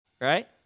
Right